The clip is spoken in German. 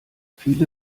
viele